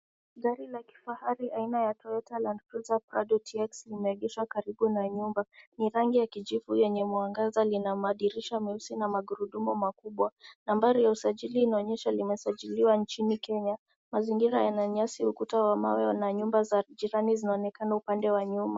Gari kubwa la kifahari aina ya Toyota Landcruser Prado Tx limeegeshwa karibu na nyumba, ni rangi ya kijivu yenye mwangaza Lina madirisha meusi na magurudumu makubwa, nambari ya usajili inaonyesha limesajiliwa nchini, Kenya. Mazingira yana nyasi, ukuta wa mawe una nyumba za jirani zinaonekana upande wa nyuma.